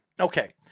Okay